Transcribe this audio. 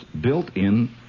built-in